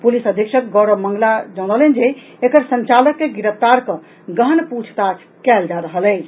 police अधीक्षक गौरव मंगला जनौलनि जे एकर संचालक के गिरफ्तार कऽ गहन पूछताछ कयल जा रहल अछि